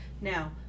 now